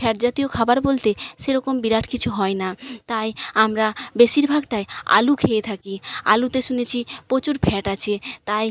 fat জাতীয় খাবার বলতে সেরকম বিরাট কিছু হয় না তাই আমরা বেশিরভাগটায় আলু খেয়ে থাকি আলুতে শুনেছি পচুর ফ্যাট আছে তাই